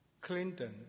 Clinton